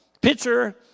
pitcher